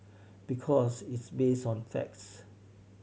because it's based on the facts